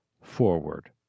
forward